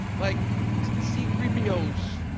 like c three pos, you